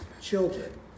children